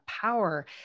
power